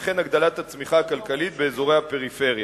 וכן הגדלת הצמיחה הכלכלית באזורי הפריפריה,